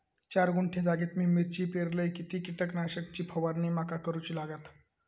चार गुंठे जागेत मी मिरची पेरलय किती कीटक नाशक ची फवारणी माका करूची लागात?